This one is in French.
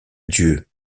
dieu